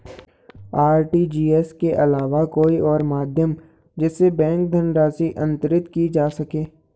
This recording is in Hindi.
आर.टी.जी.एस के अलावा कोई और माध्यम जिससे बैंक धनराशि अंतरित की जा सके?